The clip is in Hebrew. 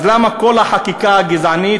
אז למה כל החקיקה הגזענית,